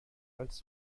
als